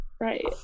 Right